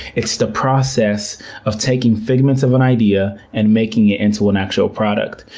it's the process of taking figments of an idea and making it into an actual product.